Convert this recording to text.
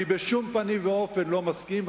אני בשום פנים ואופן לא מסכים,